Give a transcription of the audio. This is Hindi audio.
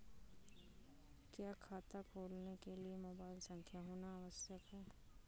क्या खाता खोलने के लिए मोबाइल संख्या होना आवश्यक है?